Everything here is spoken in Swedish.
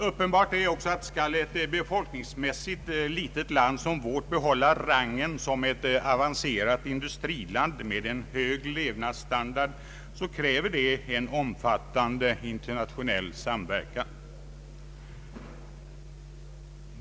Uppenbart är också att skall ett befolkningsmässigt litet land som vårt behålla rangen som ett avancerat industriland med en hög levnadsstandard så kräver det en omfattande internationell samverkan.